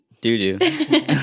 Do-do